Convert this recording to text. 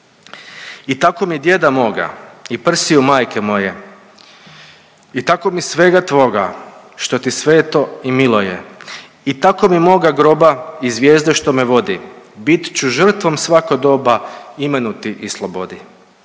I tako mi djeda moga i prsiju majke moje i tako mi svega tvoga što ti sveto i milo je i tako mi moga groba i zvijezde što me vodi bit ću žrtvom svako doba imenu ti i slobodi.